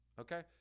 okay